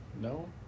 No